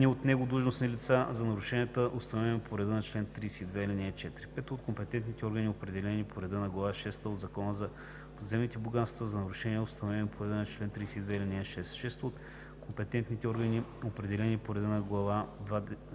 от него длъжностни лица – за нарушенията, установени по реда на чл. 32, ал. 4; 5. от компетентните органи, определени по реда на глава шеста от Закона за подземните богатства – за нарушенията, установени по реда на чл. 32, ал. 6; 6. от компетентните органи, определени по реда на глава